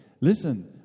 listen